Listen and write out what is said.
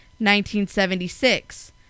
1976